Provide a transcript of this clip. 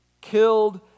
killed